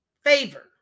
favor